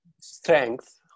strength